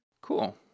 Cool